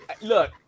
Look